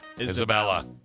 Isabella